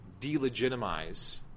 delegitimize